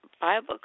Bible